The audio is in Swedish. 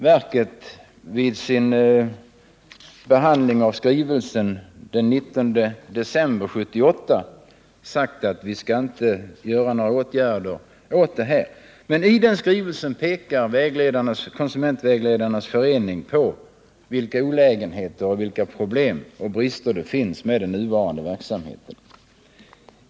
Verket har vid sin behandling av skrivelsen den 19 december 1978 sagt att det inte skall vidtas några åtgärder nu. Skrivelsen från Konsumentvägledarnas förening pekar på vilka olägenheter, problem och brister det finns med den nuvarande verksamheten.